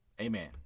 Amen